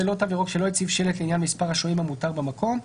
ללא תו ירוק שלא הציב שלט לעניין מספר השוהים המותר במקום.